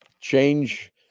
change